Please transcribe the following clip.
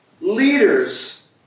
leaders